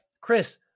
Chris